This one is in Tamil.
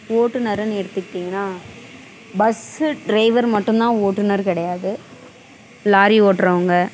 ஓட்டுனருன்னு எடுத்துக்கிட்டீங்கன்னால் பஸ்ஸு ட்ரைவர் மட்டும்தான் ஓட்டுநர் கிடையாது லாரி ஓட்டுறவுங்க